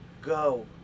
Go